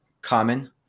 common